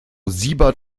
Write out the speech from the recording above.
siebert